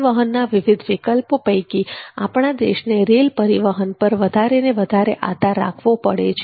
પરિવહનના વિવિધ વિકલ્પો પૈકી આપણા દેશને રેલ પરિવહન પર વધારે ને વધારે આધાર રાખવો પડે છે